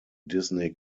disney